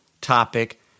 topic